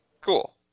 cool